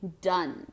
done